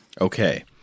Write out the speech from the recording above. Okay